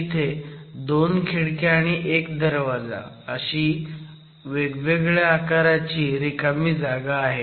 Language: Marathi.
इथे 2 खिडक्या आणि 1 दरवाजा अशी वेगवेगळ्या आकाराची रिकामी जागा आहे